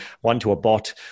one-to-a-bot